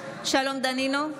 שלום דנינו,